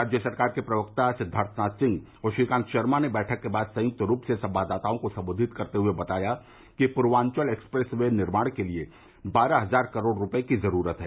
राज्य सरकार के प्रवक्ता सिद्वार्थनाथ सिंह और श्रीकांत शर्मा ने वैठक के बाद संयुक्त रूप से संवाददाताओं को सम्बोधित करते हुए बताया कि पूर्वाचल एक्सप्रेस वे निर्माण के लिए बारह हजार करोड़ रूपये की जरूरत है